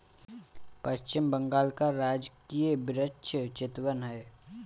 पश्चिम बंगाल का राजकीय वृक्ष चितवन है